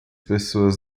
pessoas